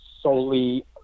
solely